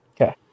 Okay